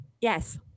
Yes